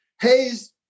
Hayes